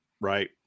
Right